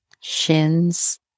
shins